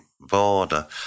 border